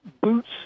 boots